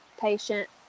patient